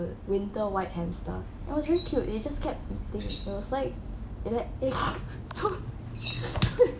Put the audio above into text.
winter white hamster it was cute it'll just kept eating and was like in that thing